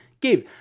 Give